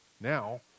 Now